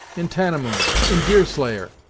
in tannemund, in deerslayer.